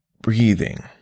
breathing